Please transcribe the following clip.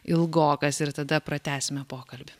ilgokas ir tada pratęsime pokalbį